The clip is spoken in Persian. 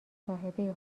مصاحبه